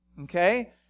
Okay